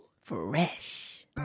Fresh